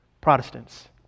Protestants